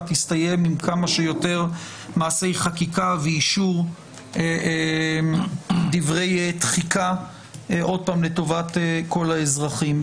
תסתיים עם כמה שיותר מעשי חקיקה ואישור דברי תחיקה לטובת כל האזרחים.